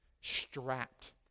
strapped